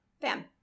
bam